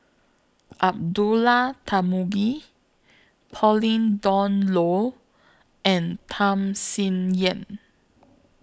Abdullah Tarmugi Pauline Dawn Loh and Tham Sien Yen